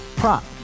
prop